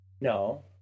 No